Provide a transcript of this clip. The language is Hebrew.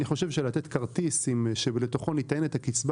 אני חושב שלתת כרטיס לתוכו נטענת הקצבה